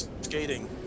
skating